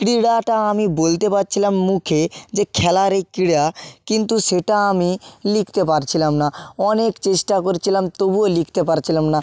ক্রীড়াটা আমি বলতে পারছিলাম মুখে যে খেলার এই ক্রীড়া কিন্তু সেটা আমি লিখতে পারছিলাম না অনেক চেষ্টা করছিলাম তবুও লিখতে পারছিলাম না